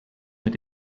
mit